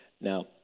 Now